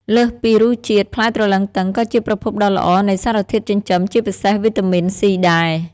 លើសពីរសជាតិ ផ្លែទ្រលឹងទឹងក៏ជាប្រភពដ៏ល្អនៃសារធាតុចិញ្ចឹម ជាពិសេស វីតាមីន ស៊ីដែរ។